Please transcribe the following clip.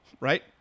right